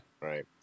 Right